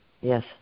Yes